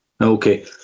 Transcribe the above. Okay